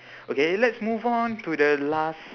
okay let's move on to the last